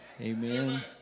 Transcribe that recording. Amen